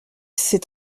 c’est